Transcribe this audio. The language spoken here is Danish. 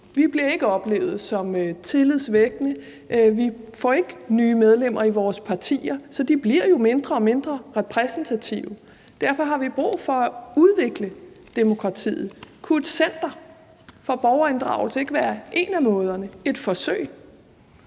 Vi bliver ikke oplevet som tillidsvækkende, vi får ikke nye medlemmer i vores partier, så de bliver jo mindre og mindre repræsentative. Derfor har vi brug for at udvikle demokratiet. Kunne et center for borgerinddragelse ikke være én af måderne – et forsøg?